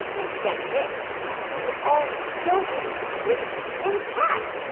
and get this they were all still completely intact.